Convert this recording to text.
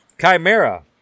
Chimera